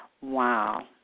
wow